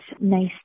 nice